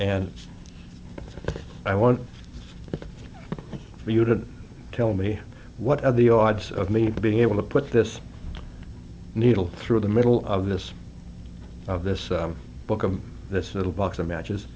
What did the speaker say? and i want for you to tell me what are the odds of me being able to put this needle through the middle of this of this book and this little box of matches